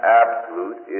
absolute